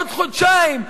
עוד חודשיים.